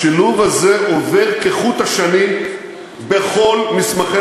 השילוב הזה עובר כחוט השני בכל מסמכי